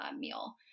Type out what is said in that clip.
meal